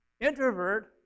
introvert